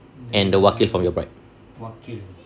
and the wakil from the bride